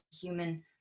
human